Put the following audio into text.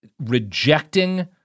rejecting